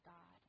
God